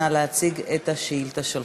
נא להציג את השאילתה שלך.